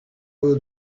will